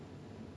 ah